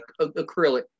acrylic